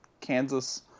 Kansas